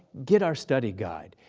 get our study guide.